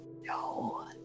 no